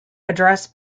address